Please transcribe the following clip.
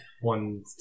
one